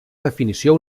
definició